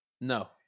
No